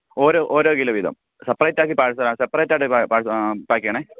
ഓരോ ഓരോ കിലോ വീതം സെപ്രേയ്റ്റ് ആക്കി സെപ്രേയ്റ്റ് ആയിട്ട് പാക്ക് ചെയ്യണേ